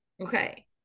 Okay